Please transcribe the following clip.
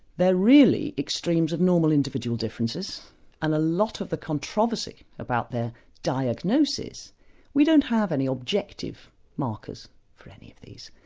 really extremes of normal individual differences and a lot of the controversy about their diagnosis we don't have any objective markers for any of these.